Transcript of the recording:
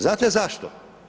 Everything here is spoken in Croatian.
Znate zašto?